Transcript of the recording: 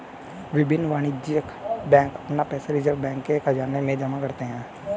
विभिन्न वाणिज्यिक बैंक अपना पैसा रिज़र्व बैंक के ख़ज़ाने में जमा करते हैं